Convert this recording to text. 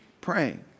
praying